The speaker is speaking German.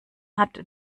hat